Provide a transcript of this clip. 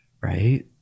right